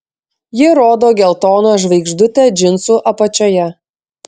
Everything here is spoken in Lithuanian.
ji rodo geltoną žvaigždutę džinsų apačioje